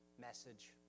message